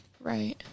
Right